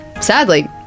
Sadly